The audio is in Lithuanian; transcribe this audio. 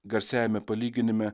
garsiajame palyginime